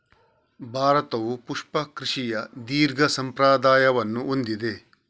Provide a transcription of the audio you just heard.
ಭಾರತವು ಪುಷ್ಪ ಕೃಷಿಯ ದೀರ್ಘ ಸಂಪ್ರದಾಯವನ್ನು ಹೊಂದಿದೆ